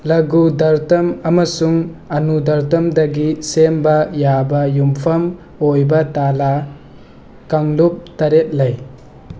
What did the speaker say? ꯂꯒꯨ ꯗꯔꯇꯝ ꯑꯃꯁꯨꯡ ꯑꯅꯨꯗꯔꯇꯝꯗꯒꯤ ꯁꯦꯝꯕ ꯌꯥꯕ ꯌꯨꯝꯐꯝ ꯑꯣꯏꯕ ꯇꯥꯜꯂꯥ ꯀꯥꯡꯂꯨꯞ ꯇꯔꯦꯠ ꯂꯩ